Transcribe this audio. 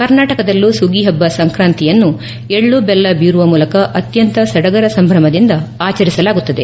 ಕರ್ನಾಟಕದಲ್ಲೂ ಸುಗ್ಗಿ ಹಬ್ಬ ಸಂಕಾಂತಿಯನ್ನು ಎಳ್ಳುಬೆಲ್ಲ ಬೀರುವ ಮೂಲಕ ಅತ್ಯಂತ ಸಡಗರ ಸಂಭ್ರಮದಿಂದ ಆಚರಿಸಲಾಗುತ್ತದೆ